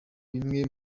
bimwe